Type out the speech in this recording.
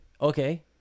okay